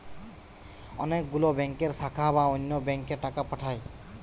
অনেক গুলো ব্যাংকের শাখা বা অন্য ব্যাংকে টাকা পাঠায়